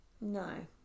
No